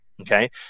okay